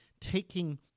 taking